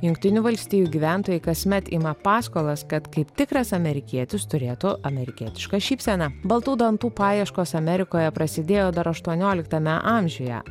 jungtinių valstijų gyventojai kasmet ima paskolas kad kaip tikras amerikietis turėtų amerikietišką šypseną baltų dantų paieškos amerikoje prasidėjo dar aštuonioliktame amžiuje